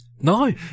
No